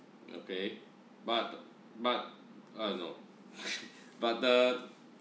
okay but but uh no but the